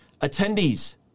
attendees